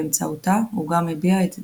שבאמצעותה הוא גם הביע את דעותיו.